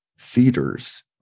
theaters